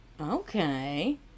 Okay